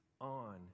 on